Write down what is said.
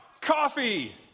Coffee